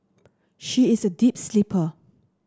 she is a deep sleeper